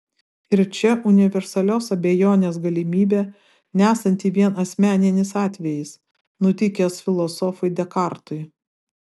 ir čia universalios abejonės galimybė nesanti vien asmeninis atvejis nutikęs filosofui dekartui